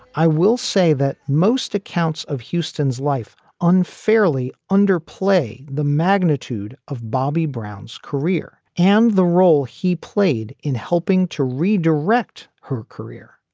i will say that most accounts of houston's life unfairly underplay the magnitude of bobby brown's career and the role he played in helping to redirect her career.